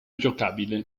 giocabile